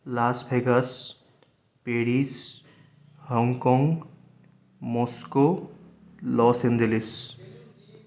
Las Vegas Paris Hong Kong Moscow Los Angeles